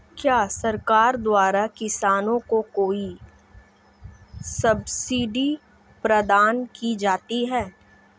क्या सरकार द्वारा किसानों को कोई सब्सिडी प्रदान की जाती है?